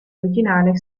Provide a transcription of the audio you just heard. originale